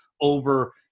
over